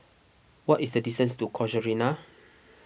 what is the distance to Casuarina